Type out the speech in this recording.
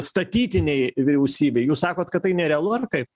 statytiniai vyriausybėj jūs sakot kad tai nerealu ar kaip